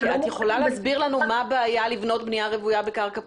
-- את יכולה להסביר לנו מה הבעיה לבנות בנייה רוויה בקרקע פרטית?